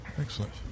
Excellent